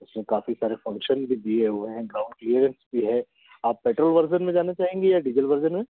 उसमें काफ़ी सारे फंक्शंस भी दिए हुए हैं ग्राउंड क्लीयरेंस भी है आप पेट्रोल वर्ज़न में जानना चाहेंगे या डीज़ल वर्ज़न में